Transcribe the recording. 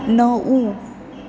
नऊ